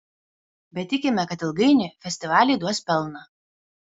bet tikime kad ilgainiui festivaliai duos pelną